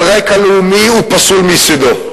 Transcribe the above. על רקע לאומי, הוא פסול מיסודו.